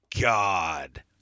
God